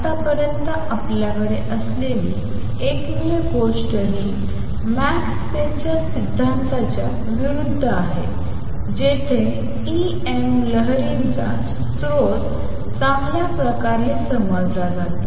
आतापर्यंत आपल्याकडे असलेली एकमेव गोष्ट ही मॅक्सवेलच्या सिद्धांताच्या विरूद्ध आहे जिथे E m लहरींचा स्रोत चांगल्या प्रकारे समजला जातो